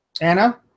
anna